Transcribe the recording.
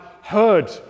heard